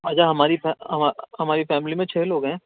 اچھا ہماری ہماری فیملی میں چھ لوگ ہیں